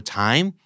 time